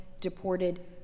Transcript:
deported